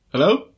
Hello